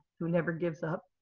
who never gives up,